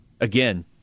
Again